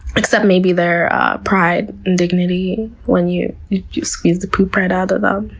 except maybe their pride and dignity when you you squeeze the poop right out of em.